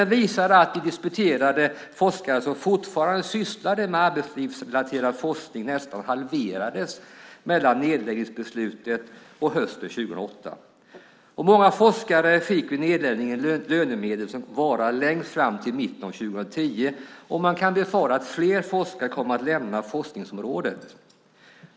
Den visar att antalet disputerade forskare som fortfarande sysslade med arbetslivsrelaterad forskning nästan halverades mellan nedläggningsbeslutet och hösten 2008. Många forskare fick vid nedläggningen lönemedel som varar längst fram till mitten av 2010, och man kan befara att fler forskare kommer att lämna forskningsområdet.